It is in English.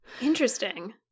Interesting